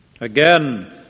Again